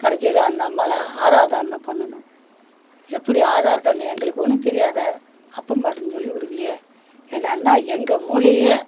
கடைசியில் அந்த அம்மாளை ஆராதானம் பண்ணணும் எப்படி ஆதாரதனும் எங்களுக்கு ஒன்றும் தெரியாதே அப்பன் பாட்டன் சொல்லிக் கொடுக்கலையே என்னென்னா எங்கள் மூளையே